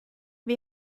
wie